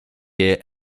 est